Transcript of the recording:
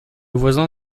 voisin